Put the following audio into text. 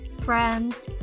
friends